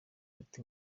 iruta